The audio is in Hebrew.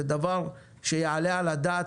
זה דבר שיעלה על הדעת?